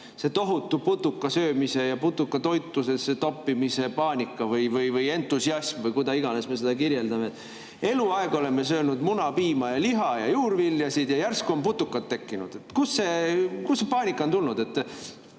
see tohutu putukasöömise ja putukate toitudesse toppimise paanika või entusiasm või kuidas iganes me seda kirjeldame? Eluaeg oleme söönud muna, piima, liha ja juurviljasid ja järsku on putukad [sinna hulka] tekkinud. Kust see paanika on tulnud?